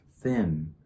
thin